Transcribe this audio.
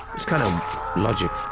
it's kind of logic.